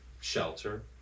shelter